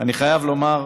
אני חייב לומר,